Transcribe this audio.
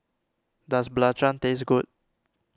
does Belacan taste good